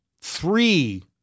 three